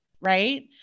Right